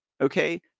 Okay